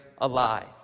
alive